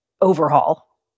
overhaul